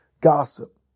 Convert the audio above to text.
gossip